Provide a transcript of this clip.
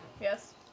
yes